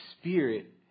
Spirit